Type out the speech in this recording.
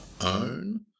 own